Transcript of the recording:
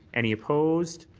any opposed.